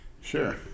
Sure